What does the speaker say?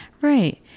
right